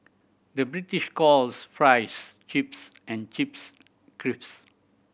the British calls fries chips and chips